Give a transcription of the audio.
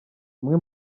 umwe